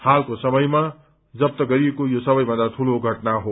हालको समयमा जफ्त गरिएको यो सबैभन्दा ठूलो घटना हो